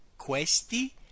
Questi